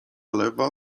lewa